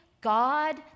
God